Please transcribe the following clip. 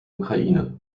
ukraine